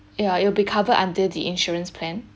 yeah it will be covered under the insurance plan